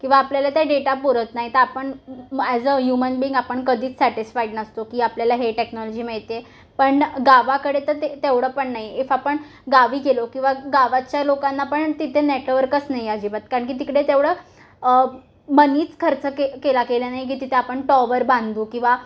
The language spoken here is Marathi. किंवा आपल्याला त्या डेटा पुरत नाही तर आपण ॲज अ ह्युमन बीइंग आपण कधीच सॅटिस्फाईड नसतो की आपल्याला हे टेक्नॉलॉजी मिळते आहे पण गावाकडे तर ते तेवढं पण नाही इफ आपण गावी गेलो किंवा गावाच्या लोकांना पण तिथे नेटवर्कच नाही आहे अजिबात कारण की तिकडे तेवढं मनीच खर्च केला गेला नाही की तिथे आपण टॉवर बांधू किंवा